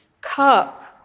cup